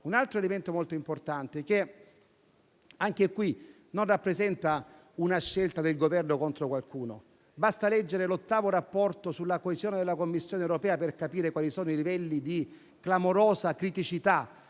un altro elemento molto importante, che non rappresenta una scelta del Governo contro qualcuno: basta leggere l'ottavo rapporto sulla coesione della Commissione europea per capire quali sono i livelli di clamorosa criticità